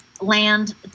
land